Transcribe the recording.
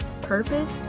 purpose